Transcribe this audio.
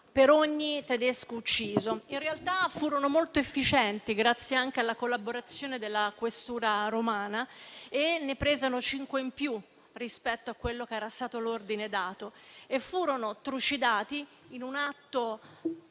per ogni tedesco ucciso. In realtà furono molto efficienti, grazie anche alla collaborazione della questura romana e ne presero cinque in più rispetto a quello che era stato l'ordine dato. Furono trucidate, in un atto